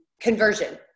conversion